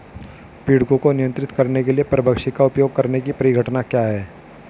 पीड़कों को नियंत्रित करने के लिए परभक्षी का उपयोग करने की परिघटना क्या है?